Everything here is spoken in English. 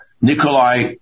Nikolai